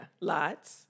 lots